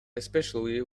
especially